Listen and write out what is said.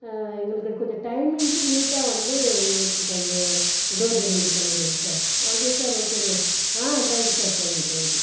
எங்களுக்கு கொஞ்சம் டைமிங்க்கு நீட்டாக வந்து எங்களுக்கு கொஞ்சம் டோர் டெலிவரி பண்ணிவிடுங்க sir okay sir okay sir thank you sir thank you thank you